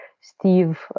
Steve